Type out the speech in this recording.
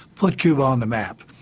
put cuba on the map.